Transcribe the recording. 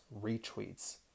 retweets